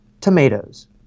tomatoes